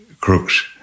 crook's